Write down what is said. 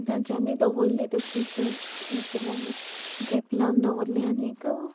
तेंच्यांनी दवरली तशीच थंय यें केल आनी ड्रीप लावन दवरली आनीक